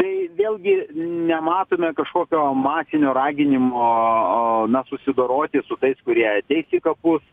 tai vėlgi nematome kažkokio masinio raginimo susidoroti su tais kurie ateis į kapus